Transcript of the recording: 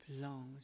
belongs